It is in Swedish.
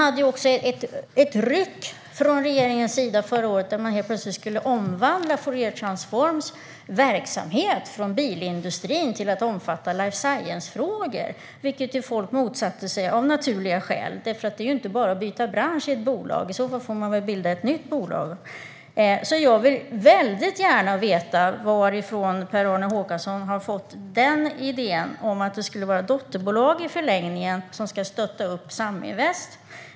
Regeringen gjorde dessutom förra året ett ryck där man helt plötsligt skulle omvandla Fouriertransforms verksamhet från bilindustrin till att omfatta life science-frågor, vilket folk motsatte sig, av naturliga skäl. Det är ju inte bara för ett bolag att byta bransch - i så fall får man väl bilda ett nytt bolag. Jag vill väldigt gärna veta varifrån Per-Arne Håkansson har fått idén om att det i förlängningen skulle vara ett dotterbolag som ska stötta upp Saminvest.